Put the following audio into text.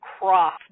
cross